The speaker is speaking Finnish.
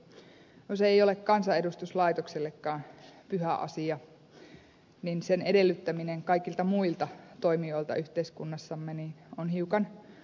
kun se ei ole kansanedustuslaitoksellekaan pyhä asia niin sen edellyttäminen kaikilta muilta toimijoilta yhteiskunnassamme on hiukan mielenkiintoinen seikka